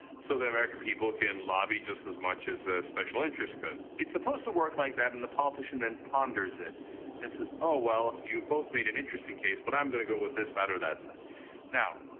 so, the american people can lobby just as much as a special interest could. it's supposed to work like that, and the politician then ponders it and says, oh, well, you've both made an interesting case, but i'm going to go with this side or that side now,